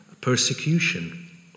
persecution